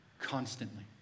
constantly